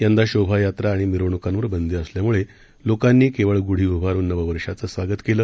यंदा शोभायात्रा आणि मिरवणुकांवर बंदी असल्यामुळे लोकांनी केवळ गुढी उभारून नववर्षाचं स्वागत केलं